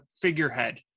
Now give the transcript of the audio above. figurehead